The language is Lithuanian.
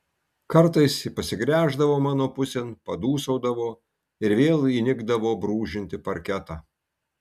kartais ji pasigręždavo mano pusėn padūsaudavo ir vėl įnikdavo brūžinti parketą